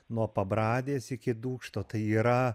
nuo pabradės iki dūkšto tai yra